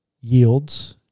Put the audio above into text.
yields